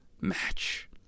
match